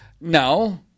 No